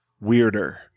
weirder